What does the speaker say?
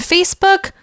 Facebook